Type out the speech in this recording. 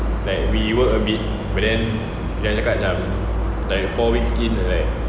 like we work a bit but then dia cakap macam like four weeks in like